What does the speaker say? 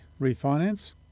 refinance